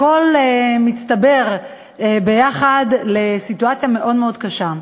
הכול מצטבר יחד לסיטואציה מאוד מאוד קשה.